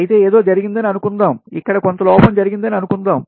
అయితే ఏదో జరిగిందని అనుకుందాం ఇక్కడ కొంత లోపం జరిగిందని అనుకుందాం